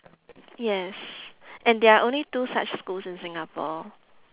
yes and there are only two such schools in singapore